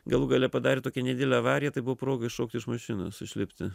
galų gale padarė tokią nedidelę avariją tai buvo proga iššokti iš mašinos išlipti